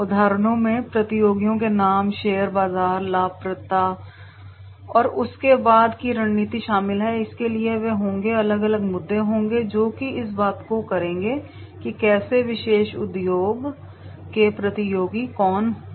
उदाहरणों में प्रतियोगियों के नाम शेयर बाजार लाभप्रदता और उसके बाद की रणनीति शामिल हैं इसलिए वे होंगे अलग अलग मुद्दे होंगे जो इस बारे में बात करेंगे कि कैसे विशेष उद्योग के प्रतियोगी कौन हैं